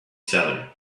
seller